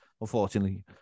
Unfortunately